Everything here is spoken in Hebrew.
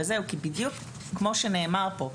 כי בדיוק כמו שנאמר פה,